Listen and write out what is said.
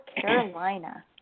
Carolina